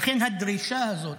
ולכן הדרישה הזאת